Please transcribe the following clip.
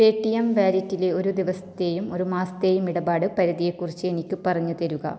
Paytm വാലറ്റിലെ ഒരു ദിവസത്തേയും ഒരു മാസത്തെയും ഇടപാട് പരിധിയെക്കുറിച്ച് എനിക്ക് പറഞ്ഞു തരുക